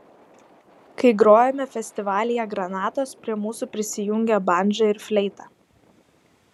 kai grojome festivalyje granatos prie mūsų prisijungė bandža ir fleita